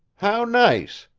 how nice!